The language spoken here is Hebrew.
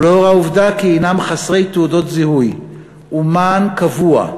ולאור העובדה כי הם חסרי תעודות זיהוי ומען קבוע,